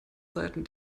seiten